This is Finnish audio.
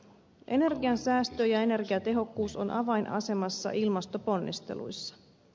energian säästö ja energiatehokkuus ovat avainasemassa ilmastoponnisteluissa